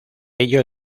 ello